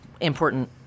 Important